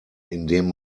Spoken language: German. indem